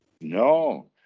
No